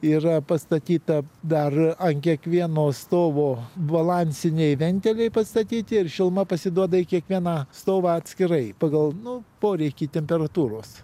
yra pastatyta dar ant kiekvieno stovo balansiniai ventiliai pastatyti ir šiluma pasiduoda į kiekvieną stovą atskirai pagal poreikį temperatūros